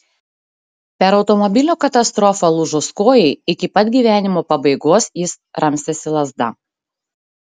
per automobilio katastrofą lūžus kojai iki pat gyvenimo pabaigos jis ramstėsi lazda